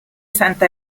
santa